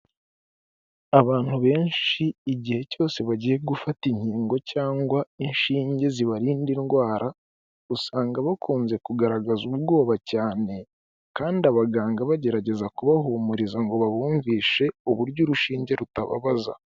Abantu benshi igihe cyose bagiye gufata inkingo cyangwa inshinge zibarinda indwara, usanga bakunze kugaragazazwa ubwoba cyane, kandi abaganga bagerageza kubahumuriza ngo babumvishe uburyo urushinge rutababaza.